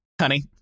honey